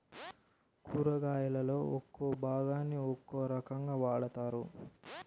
కూరగాయలలో ఒక్కో భాగాన్ని ఒక్కో రకంగా వాడతారు